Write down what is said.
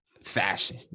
fashion